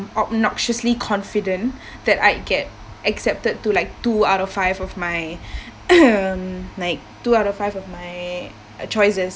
obnoxiously confident that I get accepted to like two out of five of my um like two out of five of my uh choices